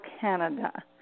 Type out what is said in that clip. Canada